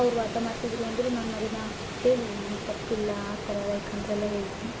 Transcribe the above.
ಅವರು ವಾದ ಮಾಡ್ತಿದ್ದರೂ ಅಂದರೂ ನಾನದನ್ನು ಹೇಳಿದ್ದೀನಿ ನನ್ನ ತಪ್ಪಿಲ್ಲ ಆ ಥರ ಲೈಕ್ ಅಂತೆಲ್ಲ ಹೇಳಿದ್ದೀನಿ